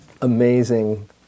amazing